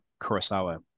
kurosawa